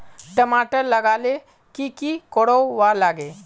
टमाटर लगा ले की की कोर वा लागे?